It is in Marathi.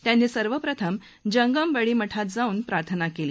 त्यांनी सर्वप्रथम जंगम बडी मठात जाऊन प्रार्थना केली